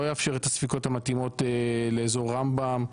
יאפשר את הספיקות המתאימות לאזור רמב"ם.